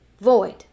void